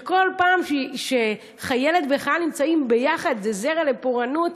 שכל פעם שחיילת וחייל נמצאים ביחד זה זרע הפורענות,